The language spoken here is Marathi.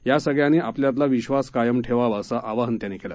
यासगळ्यांनीआपल्यातलाविश्वासकायमठेवावाअसंआवाहनत्यांनीकेलं